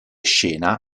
scena